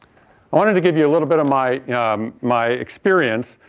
i wanted to give you a little bit of my um my experience.